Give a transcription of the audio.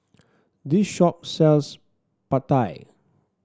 this shop sells Pad Thai